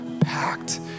packed